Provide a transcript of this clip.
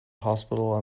hospital